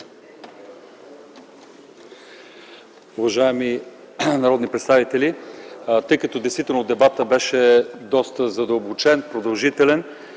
Уважаеми народни представители, действително дебатът беше доста задълбочен и продължителен